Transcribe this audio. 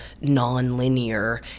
non-linear